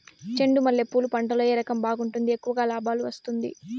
చెండు మల్లె పూలు పంట లో ఏ రకం బాగుంటుంది, ఎక్కువగా లాభాలు వస్తుంది?